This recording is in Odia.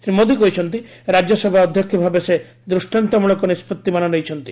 ଶ୍ରୀ ମୋଦି କହିଛନ୍ତି ରାଜ୍ୟସଭା ଅଧ୍ୟକ୍ଷ ଭାବେ ସେ ଦୃଷ୍ଟାନ୍ତମୂଳକ ନିଷ୍ପଭିମାନ ନେଇଛନ୍ତି